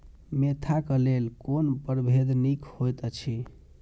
Mentha क लेल कोन परभेद निक होयत अछि?